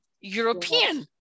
European